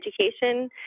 education